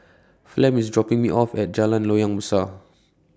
Flem IS dropping Me off At Jalan Loyang Besar